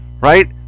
right